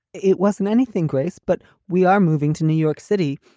it wasn't anything, grace, but we are moving to new york city,